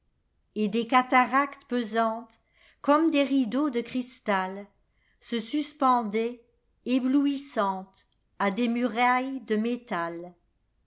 ft dos cataractes pesantes comme des rideaux de cristal se suspendaient éblouissantes a des murailles de métal